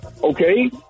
okay